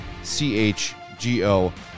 CHGO